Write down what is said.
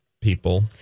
people